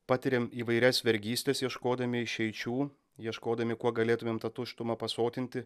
patiriam įvairias vergystes ieškodami išeičių ieškodami kuo galėtumėm tą tuštumą pasotinti